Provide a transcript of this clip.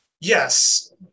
Yes